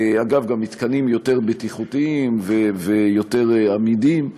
אגב, גם מתקנים יותר בטיחותיים ויותר עמידים.